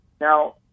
Now